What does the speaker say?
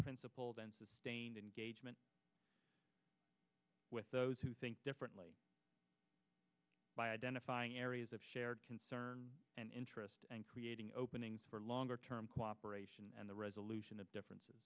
principled and sustained engagement with those who think differently by identifying areas of shared concern and interest and creating openings for longer term cooperation and the resolution of differences